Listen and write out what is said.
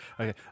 Okay